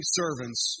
servants